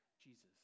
Jesus